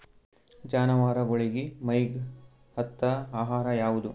ಜಾನವಾರಗೊಳಿಗಿ ಮೈಗ್ ಹತ್ತ ಆಹಾರ ಯಾವುದು?